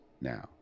now